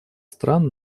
стран